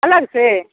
अलग से